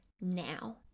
now